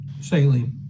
saline